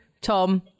Tom